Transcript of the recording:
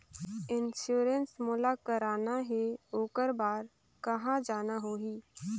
Insurance मोला कराना हे ओकर बार कहा जाना होही?